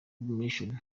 mission